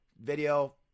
Video